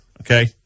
okay